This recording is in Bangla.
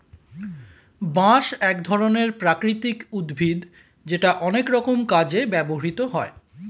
বাঁশ এক ধরনের প্রাকৃতিক উদ্ভিদ যেটা অনেক রকম কাজে ব্যবহৃত হয়